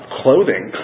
clothing